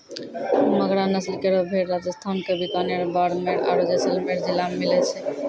मगरा नस्ल केरो भेड़ राजस्थान क बीकानेर, बाड़मेर आरु जैसलमेर जिला मे मिलै छै